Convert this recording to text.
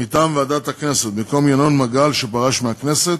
מטעם ועדת הכנסת, במקום ינון מגל שפרש מהכנסת,